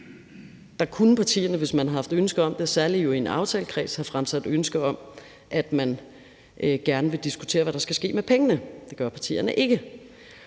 kunne partierne, hvis man havde haft ønske om det, særlig jo i en aftalekreds, have fremsat ønske om, at man gerne ville diskutere, hvad der skulle ske med pengene. Det gør partierne ikke.